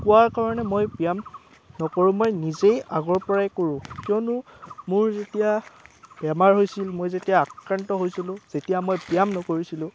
কোৱাৰ কাৰণে মই ব্যায়াম নকৰোঁ মই নিজেই আগৰ পৰাই কৰোঁ কিয়নো মোৰ যেতিয়া বেমাৰ হৈছিল মই যেতিয়া আক্ৰান্ত হৈছিলোঁ যেতিয়া মই ব্যায়াম নকৰিছিলোঁ